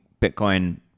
Bitcoin